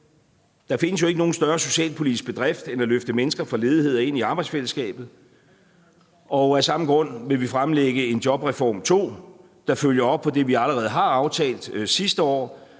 Der findes jo ikke nogen større socialpolitisk bedrift end at løfte mennesker fra ledighed og ind i arbejdsfællesskabet. Af samme grund vil vi fremlægge en jobreform II, der følger op på det, vi allerede har aftalt sidste år,